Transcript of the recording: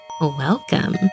welcome